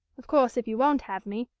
of course if you won't have me,